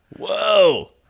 Whoa